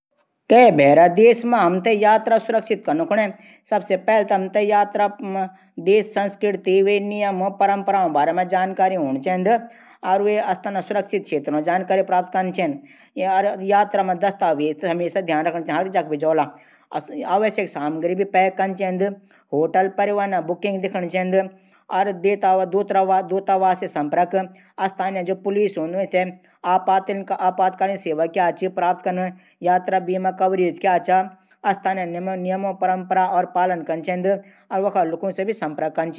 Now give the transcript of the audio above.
कै भैर देश मा यात्रा सुरक्षित कनू कू वे देशा संस्कृति परम्पराओं बारे मा जानकारी हूण चैंद। वे देश क सुरक्षित स्थानों बारा मा जानकारी हूण चैद। यात्रा मा दस्तावेज हमेशा ध्यान रखण चैद। आवश्यक सामग्री भी पैक कन चैंद। होटल परिवहन बुकिंग दिखण चैंद। वे देश दूतावास से संपर्क रखण चैंद। पुलिस आपातकालीन सेवा पता कन चैंद। यात्रा बीमा कवरेज क्या चा। सब पता कन चैंद।